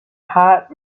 hot